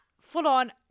full-on